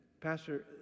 Pastor